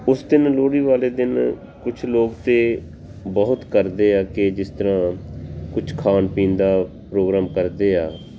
ਉਸ ਦਿਨ ਲੋਹੜੀ ਵਾਲੇ ਦਿਨ ਕੁਝ ਲੋਕ ਤਾਂ ਬਹੁਤ ਕਰਦੇ ਆ ਕਿ ਜਿਸ ਤਰ੍ਹਾਂ ਕੁਝ ਖਾਣ ਪੀਣ ਦਾ ਪ੍ਰੋਗਰਾਮ ਕਰਦੇ ਆ